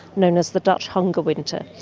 known as the dutch hunger winter.